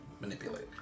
manipulate